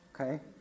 Okay